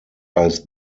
als